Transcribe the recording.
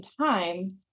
time